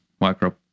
micro